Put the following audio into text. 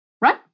Right